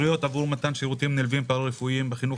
התקשרויות עבור מתן שירותים נלווים פארא רפואיים בחינוך